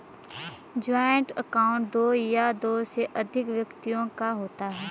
joint account दो या दो से अधिक व्यक्तियों का होता है